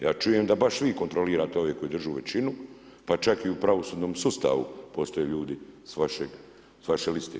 Ja čujem da baš vi kontrolirate ove koji držu većinu pa čak i u pravosudnom sustavu postoje ljudi s vaše liste.